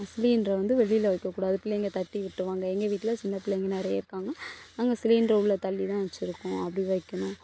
சிலிண்டரை வந்து வெளியில வைக்கக்கூடாது பிள்ளைங்கள் தட்டி விட்டுருவாங்க எங்கள் வீட்டில் சின்னப்பிள்ளைங்கள் நிறைய இருக்காங்க அங்கே சிலிண்டர் உள்ள தள்ளி தான் வச்சுருக்கோம் அப்படி வைக்கணும்